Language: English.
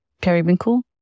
periwinkle